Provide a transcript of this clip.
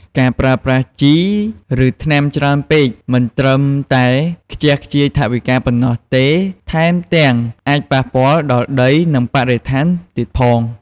ការប្រើប្រាស់ជី ឬថ្នាំច្រើនពេក មិនត្រឹមតែខ្ជះខ្ជាយថវិកាប៉ុណ្ណោះទេ ថែមទាំងអាចប៉ះពាល់ដល់ដី និងបរិស្ថានទៀតផង។